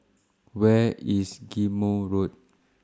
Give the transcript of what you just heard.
Where IS Ghim Moh Road